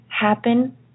happen